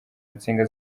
insinga